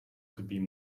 could